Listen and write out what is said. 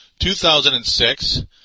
2006